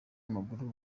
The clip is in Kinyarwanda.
w’amaguru